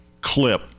clip